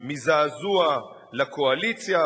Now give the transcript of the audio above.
מזעזוע לקואליציה.